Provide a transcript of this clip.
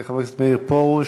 חבר הכנסת מאיר פרוש